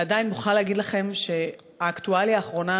ועדיין אני מוכרחה להגיד לכם שהאקטואליה האחרונה